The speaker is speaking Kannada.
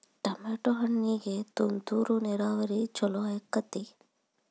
ಟಮಾಟೋ ಹಣ್ಣಿಗೆ ತುಂತುರು ನೇರಾವರಿ ಛಲೋ ಆಕ್ಕೆತಿ?